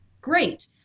great